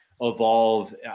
evolve